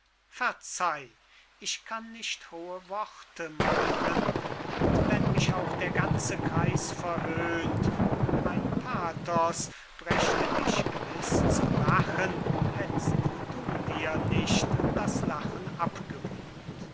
verzeih ich kann nicht hohe worte machen und wenn mich auch der ganze kreis verhöhnt mein pathos brächte dich gewiß zum lachen hättst du dir nicht das lachen abgewöhnt